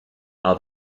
are